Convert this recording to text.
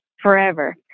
forever